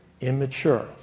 immature